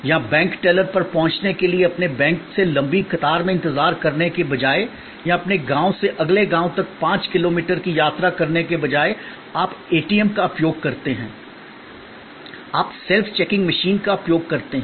या bank teller पर पहुंचने के लिए अपने बैंक से लंबी कतार में इंतजार करने के बजाय या अपने गांव से अगले गांव तक पांच किलोमीटर की यात्रा करने के बजाय आप एटीएम का उपयोग करते हैं आप सेल्फ चेकिंग मशीन का उपयोग करते हैं